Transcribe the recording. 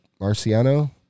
Marciano